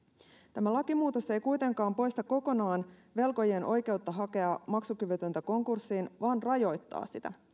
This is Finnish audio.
tämä lakimuutos ei kuitenkaan poista kokonaan velkojien oikeutta hakea maksukyvytöntä konkurssiin vaan rajoittaa sitä